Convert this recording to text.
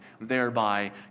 thereby